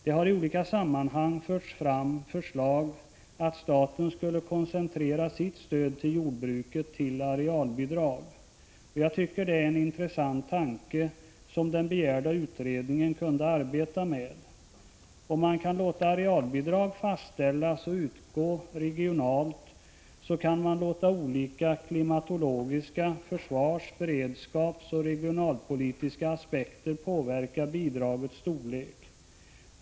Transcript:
Det har i olika sammanhang förts fram förslag att staten skulle koncentrera sitt stöd till jordbruket till arealbidrag. Jag tycker att det är en intressant tanke som den begärda utredningen kunde arbeta med. Om man kan låta arealbidrag fastställas och utgå regionalt, kan man låta olika klimatologiska, försvars-, beredskapsoch regionalpolitiska aspekter påverka bidragets storlek.